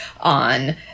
on